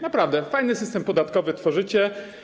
Naprawdę, fajny system podatkowy tworzycie.